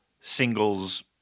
singles